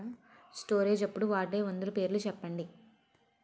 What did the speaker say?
Storage అప్పుడు వాడే మందులు పేర్లు చెప్పండీ?